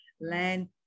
land